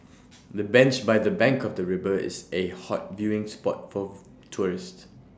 the bench by the bank of the river is A hot viewing spot forth tourists